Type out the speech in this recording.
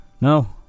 no